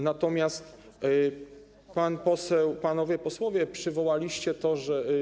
Natomiast pan poseł, panowie posłowie przywołaliście to, że.